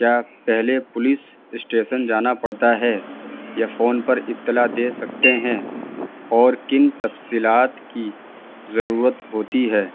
کیا پہلے police station جانا پڑتا ہے یا فون پر اطلاع دے سکتے ہیں اور کن تفصیلات کی ضرورت ہوتی ہے